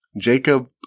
Jacob